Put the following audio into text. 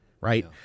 right